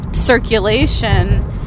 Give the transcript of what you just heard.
Circulation